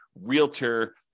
realtor